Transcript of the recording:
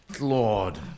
Lord